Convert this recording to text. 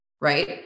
Right